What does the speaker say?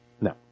No